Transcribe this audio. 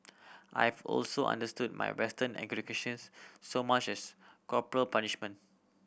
I've also understood my Western educations so much as corporal punishment